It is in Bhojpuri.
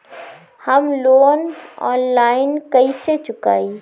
हम लोन आनलाइन कइसे चुकाई?